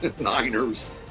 Niners